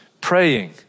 praying